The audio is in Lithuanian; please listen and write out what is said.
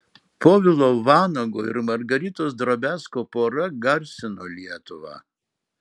povilo vanago ir margaritos drobiazko pora garsino lietuvą